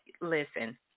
listen